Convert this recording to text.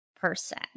person